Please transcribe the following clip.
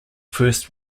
first